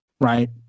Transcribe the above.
right